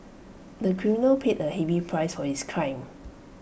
the criminal paid A heavy price for his crime